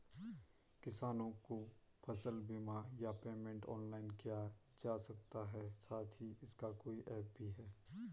किसानों को फसल बीमा या पेमेंट ऑनलाइन किया जा सकता है साथ ही इसका कोई ऐप भी है?